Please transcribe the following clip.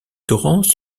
torrents